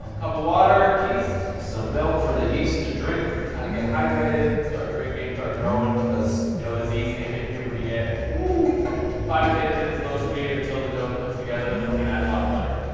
of water, yeast, some milk for the yeast to drink, kinda get hydrated, start drinking, start growing. cause you know, this yeast ain't hit puberty yet. five to eight minutes low speed until the dough comes together, then we're gonna add a lot of butter.